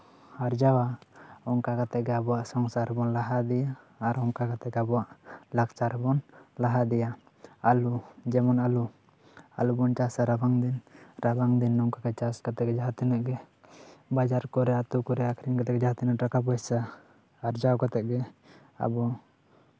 ᱟᱨᱡᱟᱣᱟ ᱚᱱᱠᱟ ᱠᱟᱛᱮᱜ ᱜᱮ ᱟᱵᱚᱣᱟᱜ ᱥᱚᱝᱥᱟᱨ ᱵᱚᱱ ᱞᱟᱦᱟ ᱤᱫᱤᱭᱟ ᱟᱨ ᱚᱱᱠᱟ ᱠᱟᱛᱮᱜ ᱜᱮ ᱞᱟᱠᱪᱟᱨ ᱵᱚᱱ ᱞᱟᱦᱟ ᱤᱫᱤᱭᱟ ᱟᱞᱩ ᱡᱮᱢᱚᱱ ᱟᱞᱩ ᱟᱞᱩ ᱵᱚᱱ ᱪᱟᱥᱟ ᱨᱟᱵᱟᱝ ᱫᱤᱱ ᱨᱟᱵᱟᱝ ᱫᱤᱱ ᱱᱚᱝᱠᱟᱜᱮ ᱪᱟᱥ ᱠᱟᱛᱮᱜ ᱡᱟᱦᱟᱸ ᱛᱤᱱᱟᱹᱜ ᱜᱮ ᱵᱟᱡᱟᱨ ᱠᱚᱨᱮᱜ ᱟᱛᱩ ᱠᱚᱨᱮᱜ ᱡᱟᱦᱟᱸ ᱛᱤᱱᱟᱹᱜ ᱴᱟᱠᱟ ᱯᱚᱭᱥᱟ ᱟᱨᱡᱟᱣ ᱠᱟᱛᱮᱜ ᱜᱮ ᱟᱵᱚ